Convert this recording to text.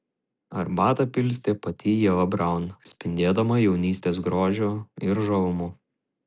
arbatą pilstė pati ieva braun spindėdama jaunystės grožiu ir žavumu